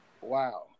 wow